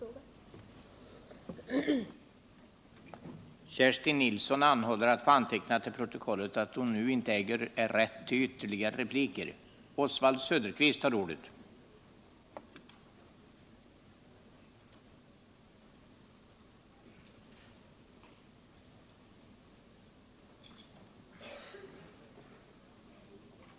Regeringens hand